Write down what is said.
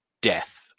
death